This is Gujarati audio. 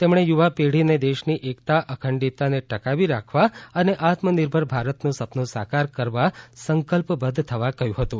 તેમણે યુવાપેઢીને દેશની એકતા અખંડિતતાને ટકાવી રાખવા અને આત્મલનિર્ભર ભારતનું સપનું સાકાર કરવા સંકલ્પએબધ્ધખ થવા કહ્યું હતું